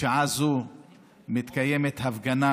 בשעה זו מתקיימת הפגנה